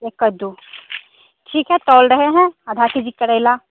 एक कद्दू ठीक है तौल रहें हैं आधा केजी करेला